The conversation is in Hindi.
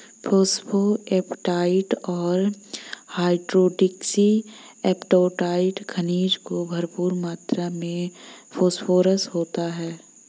फोस्फोएपेटाईट और हाइड्रोक्सी एपेटाईट खनिजों में भरपूर मात्र में फोस्फोरस होता है